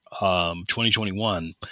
2021